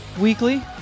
weekly